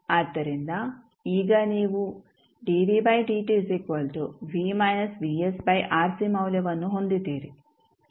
ಆದ್ದರಿಂದ ಈಗ ನೀವು ಮೌಲ್ಯವನ್ನು ಹೊಂದಿದ್ದೀರಿ